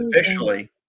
officially